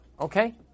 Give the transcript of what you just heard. okay